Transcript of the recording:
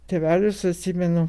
tėvelis atsimenu